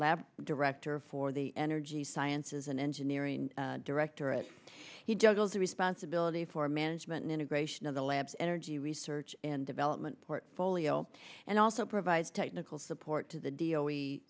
lab director for the energy sciences and engineering director at he juggles the responsibility for management integration of the labs energy research and development portfolio and also provides technical support to the d